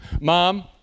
mom